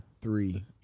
three